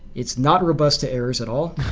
it's not robust to errors at all.